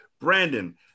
Brandon